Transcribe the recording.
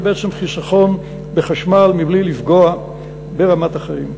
זה בעצם חיסכון בחשמל מבלי לפגוע ברמת החיים.